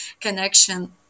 connection